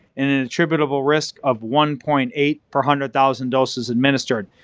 and an attributable risk of one point eight per hundred thousand doses administered.